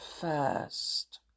first